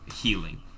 healing